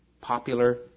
popular